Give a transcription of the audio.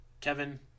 Kevin